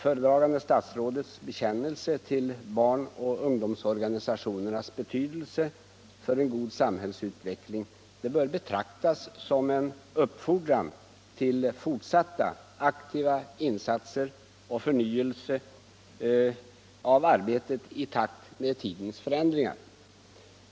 Föredragande statsrådets bekännelse till barnoch ungdomsorganisationernas betydelse för en god samhällsutveckling bör betraktas som en uppfordran till fortsatta aktiva insatser och förnyelse av arbetet i takt med tidens förändringar.